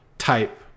type